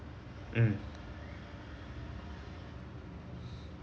mm